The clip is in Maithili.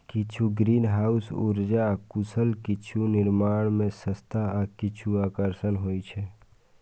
किछु ग्रीनहाउस उर्जा कुशल, किछु निर्माण मे सस्ता आ किछु आकर्षक होइ छै